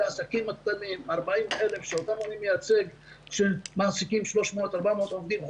העסקים הקטנים שאותם אני מייצג שמעסיקים 400-300 עובדים.